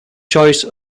choice